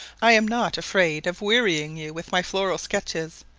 i am not afraid of wearying you with my floral sketches,